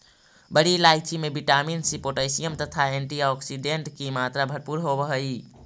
बड़ी इलायची में विटामिन सी पोटैशियम तथा एंटीऑक्सीडेंट की मात्रा भरपूर होवअ हई